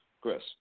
Chris